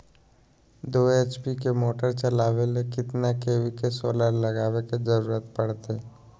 दो एच.पी के मोटर चलावे ले कितना के.वी के सोलर लगावे के जरूरत पड़ते?